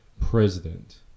president